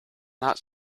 not